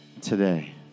today